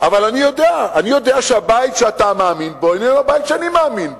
אבל אני יודע שהבית שאתה מאמין בו איננו הבית שאני מאמין בו.